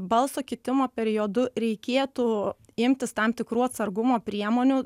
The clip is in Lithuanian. balso kitimo periodu reikėtų imtis tam tikrų atsargumo priemonių